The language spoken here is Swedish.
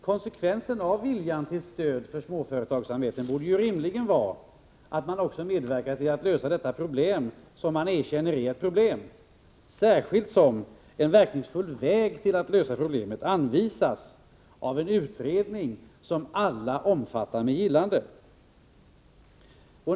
Konsekvensen av viljan till stöd för småföretagsamheten borde rimligen vara att man medverkade till att lösa detta problem, som man erkänner är ett problem, särskilt som en verkningsfull väg för att lösa problemen anvisas av en utredning som alla omfattar med gillande.